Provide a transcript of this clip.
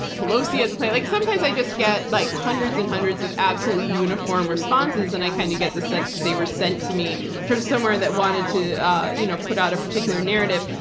pelosi has a plan. like sometimes i just get like hundreds and hundreds of absolutely uniform responses and i kind of get the sense that they were sent to me from someone that wanted to you know put out a particular narrative.